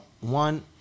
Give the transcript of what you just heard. One